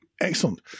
Excellent